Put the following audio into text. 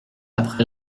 après